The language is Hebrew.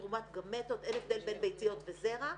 אין הבדל בין ביציות וזרע,